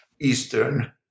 Eastern